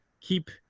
keep